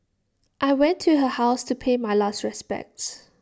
I went to her house to pay my last respects